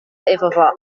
efo